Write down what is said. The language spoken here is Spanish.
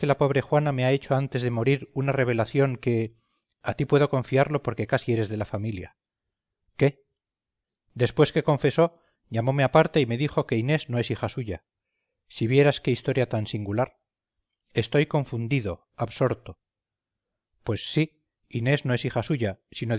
pobre juana me ha hecho antes de morir una revelación que a ti puedo confiarlo porque casi eres de la familia qué después que confesó llamome aparte y me dijo que inés no es hija suya si vieras qué historia tan singular estoy confundido absorto pues sí inés no es hija suya sino de